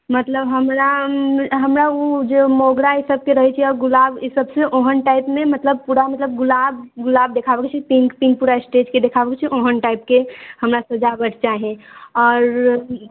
मतलब हमरा हमरा ओ जे मोगरा ई सबके रहै छै आओर गुलाब ई सबसँ ओहन टाइप नहि मतलब पूरा मतलब गुलाब गुलाब दिखाबैके छै पिङ्क पिङ्क पूरा स्टेजके देखाबैके छै ओहन टाइपके हमरा सजावट चाही आओर